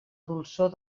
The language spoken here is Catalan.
dolçor